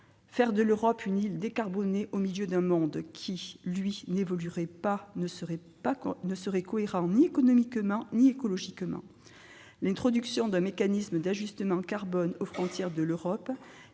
Faire de l'Europe une île décarbonée au milieu d'un monde qui, lui, n'évoluerait pas ne serait cohérent ni économiquement ni écologiquement. L'introduction d'un mécanisme d'ajustement carbone aux frontières de l'Europe